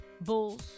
Bulls